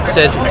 Says